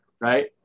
Right